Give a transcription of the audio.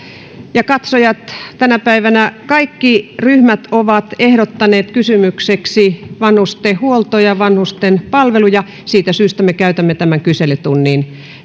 ja katsojat tänä päivänä kaikki ryhmät ovat ehdottaneet kysymyksiksi vanhustenhuoltoa ja vanhusten palveluja siitä syystä me käytämme tämän kyselytunnin